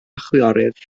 chwiorydd